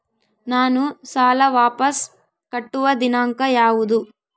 ನಾನು ಸಾಲ ವಾಪಸ್ ಕಟ್ಟುವ ದಿನಾಂಕ ಯಾವುದು?